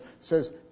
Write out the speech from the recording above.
says